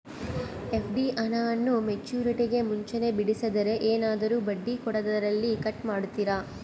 FD ಹಣವನ್ನು ಮೆಚ್ಯೂರಿಟಿಗೂ ಮುಂಚೆನೇ ಬಿಡಿಸಿದರೆ ಏನಾದರೂ ಬಡ್ಡಿ ಕೊಡೋದರಲ್ಲಿ ಕಟ್ ಮಾಡ್ತೇರಾ?